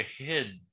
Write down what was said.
ahead